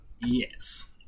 Yes